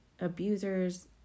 abusers